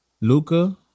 Luca